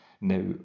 Now